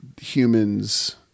humans